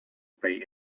pay